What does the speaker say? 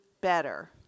better